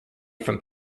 from